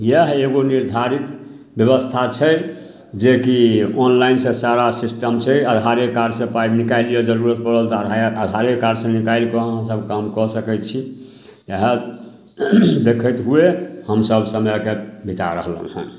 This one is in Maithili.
इएह एगो निर्धारित बेबस्था छै जेकि ऑनलाइनसँ सारा सिस्टम छै आधारे कार्डसँ पाइ निकालि लिअऽ जरूरत पड़ल तऽ आधारे कार्डसँ निकालिकऽ अहाँ सभ काम कऽ सकै छी इएह देखैत हुए हमसभ समयके बिता रहलौ हेँ